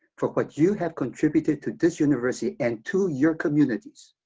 for what you have contributed to this university and to your communities,